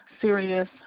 serious